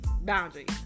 boundaries